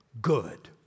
good